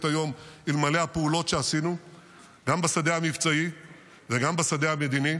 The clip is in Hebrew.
היום אלמלא הפעולות שעשינו גם בשדה המבצעי וגם בשדה המדיני,